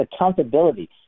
accountability